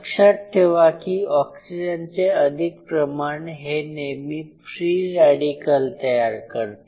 लक्षात ठेवा की ऑक्सिजनचे अधिक प्रमाण हे नेहमी फ्री रॅडीकल तयार करते